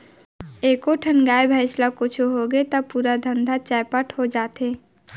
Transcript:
एको ठन गाय, भईंस ल कुछु होगे त पूरा धंधा चैपट हो जाथे